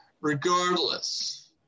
regardless